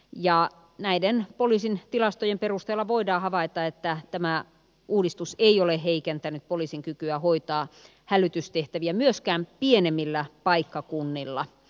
jaa näiden poliisin tilastojen perusteella voida havaita että tämä uudistus ei ole heikentänyt poliisin kykyä hoitaa hälytystehtäviä myöskään pienemmillä paikkakunnilla